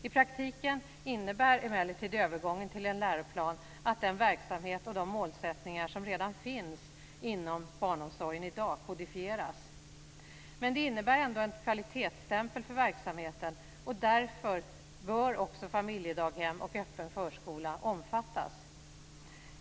I praktiken innebär emellertid övergången till en läroplan att den verksamhet och de målsättningar som i dag redan finns inom barnomsorgen kodifieras. Men det innebär ändå en kvalitetsstämpel på verksamheten, och därför bör också familjedaghem och öppen förskola omfattas.